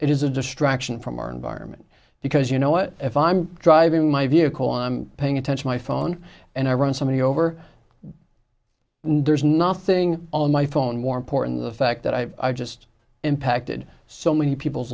it is a distraction from our environment because you know what if i'm driving my vehicle i'm paying attention my phone and i run somebody over and there's nothing on my phone more important than the fact that i just impacted so many people's